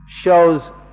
shows